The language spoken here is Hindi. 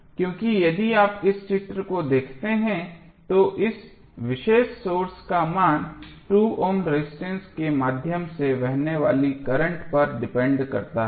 क्योंकि यदि आप इस चित्र को देखते हैं तो इस विशेष सोर्स का मान 2 ओम रेजिस्टेंस के माध्यम से बहने वाले करंट पर डिपेंडेंट करता है